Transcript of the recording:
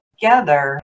together